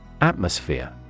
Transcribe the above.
Atmosphere